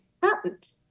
patent